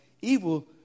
evil